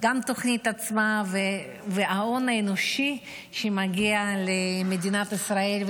גם התוכנית עצמה וגם ההון האנושי שמגיע למדינת ישראל.